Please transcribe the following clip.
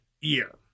year